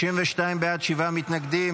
32 בעד, שבעה מתנגדים.